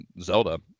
zelda